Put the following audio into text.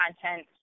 content